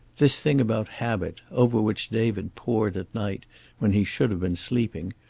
this thing about habit, over which david pored at night when he should have been sleeping,